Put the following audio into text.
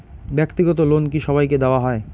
ব্যাক্তিগত লোন কি সবাইকে দেওয়া হয়?